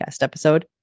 episode